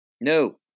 No